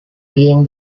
being